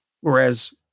Whereas